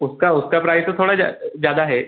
उसका उसका प्राइज़ तो थोड़ा जा ज़्यादा है